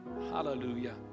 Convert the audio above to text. Hallelujah